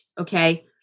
Okay